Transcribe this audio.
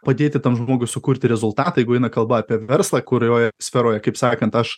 padėti tam žmogui sukurti rezultą jeigu einakalba apie verslą kurioje sferoje kaip sakant aš